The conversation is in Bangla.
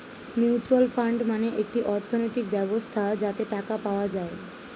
মিউচুয়াল ফান্ড মানে একটি অর্থনৈতিক ব্যবস্থা যাতে টাকা পাওয়া যায়